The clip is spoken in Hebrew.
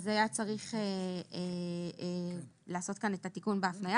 היה צריך לעשות כאן את התיקון בהפניה.